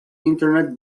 internet